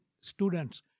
students